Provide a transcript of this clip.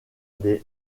des